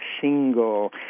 single